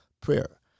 prayer